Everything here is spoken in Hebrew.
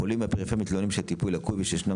חולים מהפריפריה מתלוננים שהטיפול לקוי ושישנם